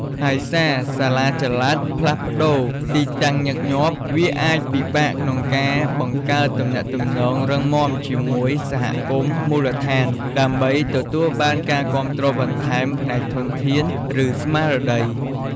ហើយសារសាលាចល័តផ្លាស់ប្តូរទីតាំងញឹកញាប់ វាអាចពិបាកក្នុងការបង្កើតទំនាក់ទំនងរឹងមាំជាមួយសហគមន៍មូលដ្ឋាន ដើម្បីទទួលបានការគាំទ្របន្ថែមផ្នែកធនធាន ឬស្មារតី។